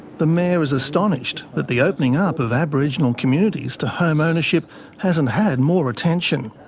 the mayor is astonished that the opening up of aboriginal communities to home ownership hasn't had more attention.